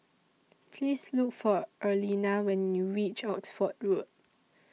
Please Look For Arlena when YOU REACH Oxford Road